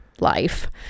life